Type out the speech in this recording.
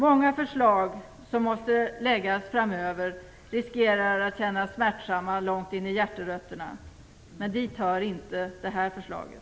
Många förslag som måste läggas fram framöver riskerar att kännas smärtsamma långt in i hjärterötterna, men dit hör inte det här förslaget.